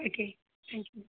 okay thank you